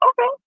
okay